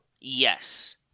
Yes